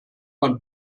man